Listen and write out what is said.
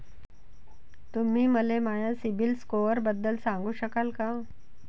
तुम्ही मले माया सीबील स्कोअरबद्दल सांगू शकाल का?